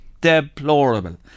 Deplorable